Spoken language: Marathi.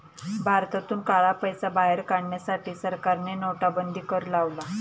भारतातून काळा पैसा बाहेर काढण्यासाठी सरकारने नोटाबंदी कर लावला